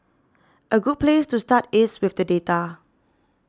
a good place to start is with the data